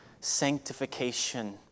sanctification